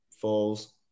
falls